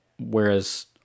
Whereas